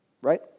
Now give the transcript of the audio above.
right